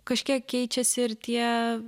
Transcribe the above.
kažkiek keičiasi ir tie